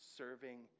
serving